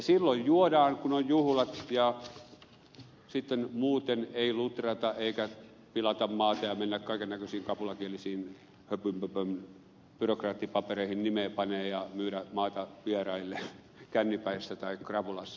silloin juodaan kun on juhlat ja sitten muuten ei lutrata eikä pilata maata ja mennä kaikennäköisiin kapulakielisiin höpönpöpön byrokraattipapereihin nimeä panemaan myydä maata vieraille kännipäissä tai krapulassa